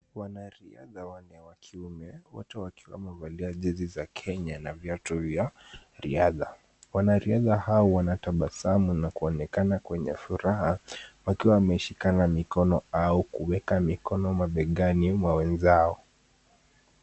Wanariadha wanne wa kiume, wote wakiwa wamevalia jezi za Kenya na viatu vya riadha, wanariadha hawa wanatabasamu na kuonekana wenye furaha, wakiwa wameshikana mikono au kuweka mikono mabegani mwa wenzao.